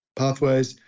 pathways